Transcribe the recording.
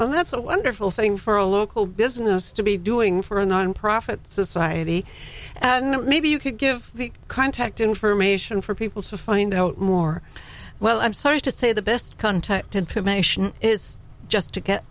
beers that's a wonderful thing for a local business to be doing for a nonprofit society and that maybe you could give the contact information for people to find out more well i'm sorry to say the best contact information is just to get